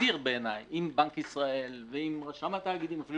נדיר בעיניי עם בנק ישראל ועם רשם התאגידים שאפילו